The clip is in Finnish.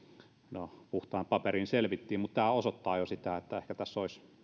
no puhtain paperein selvittiin mutta tämä jo osoittaa sitä että ehkä tässä olisi